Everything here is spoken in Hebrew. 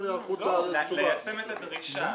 ליישם את הדרישה.